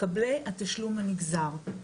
מקבלי התשלום הנגזר.